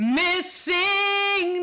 missing